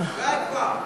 די כבר.